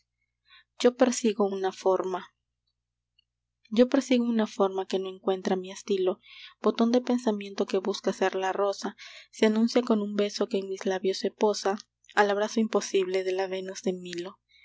yo persigo una forma yo persigo una forma que no encuentra mi estilo botón de pensamiento que busca ser la rosa se anuncia con un beso que en mis labios se posa al abrazo imposible de la venus de milo